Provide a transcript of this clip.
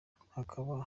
hakaba